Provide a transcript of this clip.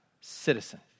citizen